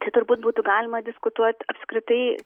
čia turbūt būtų galima diskutuot apskritai